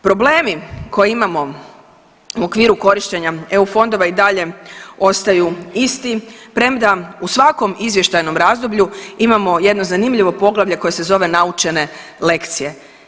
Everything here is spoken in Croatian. Problemi koje imamo u okviru korištenja EU fondova i dalje ostaju isti, premda u svakom izvještajnom razdoblju imamo jedno zanimljivo poglavlje koje se zove Naučene lekcije.